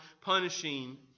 punishing